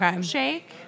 shake